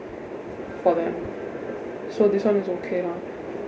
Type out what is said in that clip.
for them so this one is okay lah